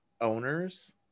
owners